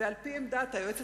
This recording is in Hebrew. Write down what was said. ועל-פי עמדת היועצת